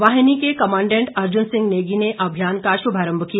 वाहिनी के कमांडेंट अर्जुन सिंह नेगी ने अभियान का शुभारंभ किया